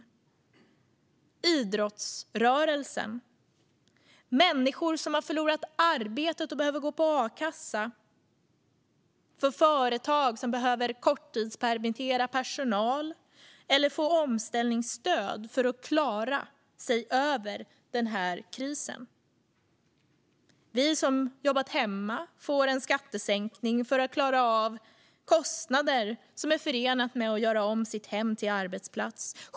Samma sak för idrottsrörelsen, människor som har förlorat arbetet och behöver gå på a-kassa och företag som behöver korttidspermittera personal eller få omställningsstöd för att klara sig genom den här krisen. Vi som har jobbat hemma får en skattesänkning för att klara av kostnader som är förenade med att göra om hemmet till en arbetsplats.